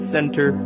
Center